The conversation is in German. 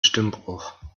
stimmbruch